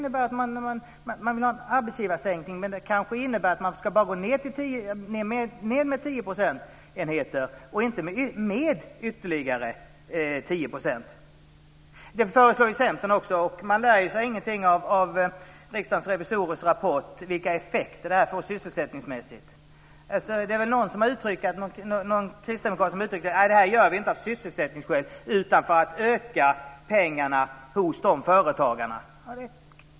Det kanske bara innebär att man ska gå ned med 10 procentenheter och inte med ytterligare 10 %. Det föreslår Centern också. Man lär sig ingenting av Riksdagens revisorers rapport om vilka effekter detta får sysselsättningsmässigt. Någon kristdemokrat har uttryckt att man inte gör detta av sysselsättningsskäl utan för att öka kapitalet hos dessa företagare.